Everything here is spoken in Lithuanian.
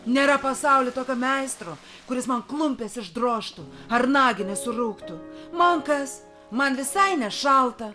nėra pasauly tokio meistro kuris man klumpes išdrožtų ar nagines surauktų man kas man visai nešalta